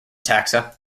taxa